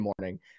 morning